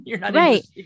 Right